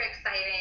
exciting